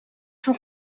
sont